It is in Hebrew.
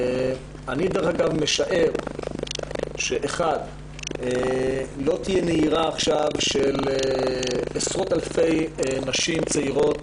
אני משער שלא תהיה עכשיו נהירה של עשרות אלפי נשים צעירות